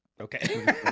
Okay